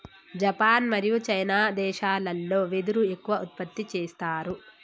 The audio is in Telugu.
జపాన్ మరియు చైనా దేశాలల్లో వెదురు ఎక్కువ ఉత్పత్తి చేస్తారు